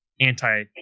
anti